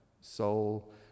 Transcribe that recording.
soul